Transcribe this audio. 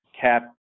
cap